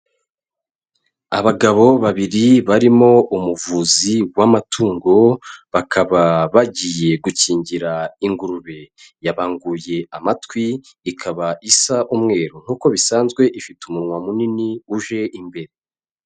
Abagabo babiri barimo umuvuzi w'amatungo, bakaba bagiye gukingira ingurube, yabanguye amatwi ikaba isa umweru, nk'uko bisanzwe ifite umunwa munini uje imbere.